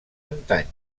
antany